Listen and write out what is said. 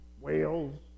whales